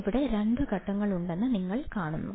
ഇവിടെ രണ്ട് ഘട്ടങ്ങളുണ്ടെന്ന് നിങ്ങൾ കാണുന്നു